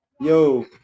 yo